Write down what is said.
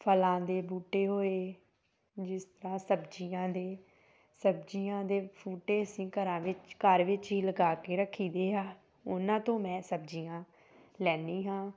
ਫਲਾਂ ਦੇ ਬੂਟੇ ਹੋਏ ਜਿਸ ਤਰ੍ਹਾਂ ਸਬਜ਼ੀਆਂ ਦੇ ਸਬਜ਼ੀਆਂ ਦੇ ਬੂਟੇ ਅਸੀਂ ਘਰਾਂ ਵਿੱਚ ਘਰ ਵਿੱਚ ਹੀ ਲਗਾ ਕੇ ਰੱਖੀਦੇ ਆ ਉਹਨਾਂ ਤੋਂ ਮੈਂ ਸਬਜ਼ੀਆਂ ਲੈਂਦੀ ਹਾਂ